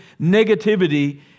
negativity